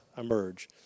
emerge